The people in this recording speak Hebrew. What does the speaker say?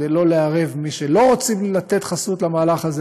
כדי לא לערב את מי שלא רוצים לתת חסות למהלך הזה,